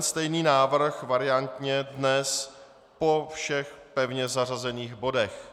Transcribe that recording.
Stejný návrh variantně dnes po všech pevně zařazených bodech.